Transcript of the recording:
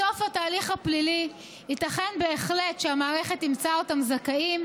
בסוף התהליך הפלילי ייתכן בהחלט שהמערכת תמצא אותם זכאים,